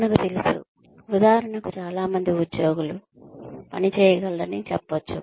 మనకు తెలుసు ఉదాహరణకు చాలా మంది ఉద్యోగులు పని చేయగలరని చెప్పోచు